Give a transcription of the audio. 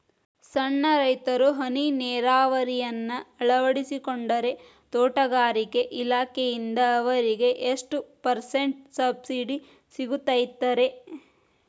ಸಣ್ಣ ರೈತರು ಹನಿ ನೇರಾವರಿಯನ್ನ ಅಳವಡಿಸಿಕೊಂಡರೆ ತೋಟಗಾರಿಕೆ ಇಲಾಖೆಯಿಂದ ಅವರಿಗೆ ಎಷ್ಟು ಪರ್ಸೆಂಟ್ ಸಬ್ಸಿಡಿ ಸಿಗುತ್ತೈತರೇ?